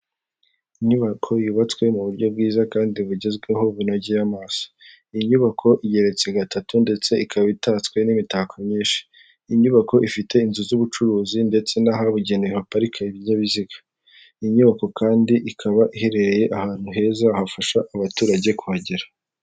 Inyubako yubatswe mu buryo bwiza kandi bugezweho bunogeye amaso, iyi nyubako igeretse gatatu ndetse ikaba itatswe n'imitako myinshi, inyubako ifite inzu z'ubucuruzi ndetse n'ahabugenewe haparika ibinyabiziga, inyubako kandi ikaba iherereye ahantu heza hafasha abaturage kuhagera.